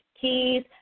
Keys